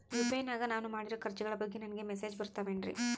UPI ನಾಗ ನಾನು ಮಾಡಿರೋ ಖರ್ಚುಗಳ ಬಗ್ಗೆ ನನಗೆ ಮೆಸೇಜ್ ಬರುತ್ತಾವೇನ್ರಿ?